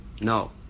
No